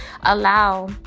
allow